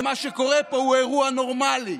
ומה שקורה פה הוא אירוע נורמלי?